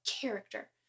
character